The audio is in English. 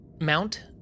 Mount